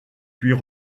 puis